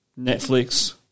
Netflix